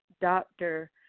doctor